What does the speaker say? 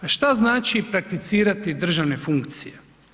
A što znači prakticirati državne funkcije?